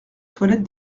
toilette